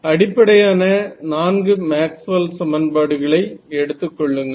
அடிப்படையான நான்கு மேக்ஸ்வெல் சமன்பாடுகளை எடுத்துக்கொள்ளுங்கள்